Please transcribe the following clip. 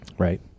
Right